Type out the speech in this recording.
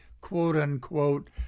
quote-unquote